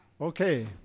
Okay